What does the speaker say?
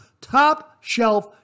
top-shelf